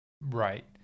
right